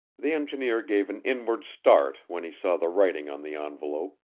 the engineer gave an inward start when he saw the writing on the envelope,